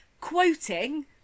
quoting